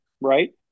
right